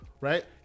right